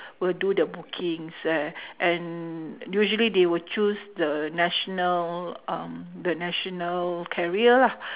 will do the bookings uh and usually they will choose the national um the national carrier lah